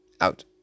out